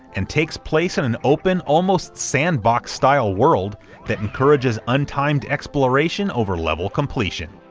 and takes place in an open, almost sandbox-style world that encourages untimed exploration over level completion.